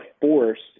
forced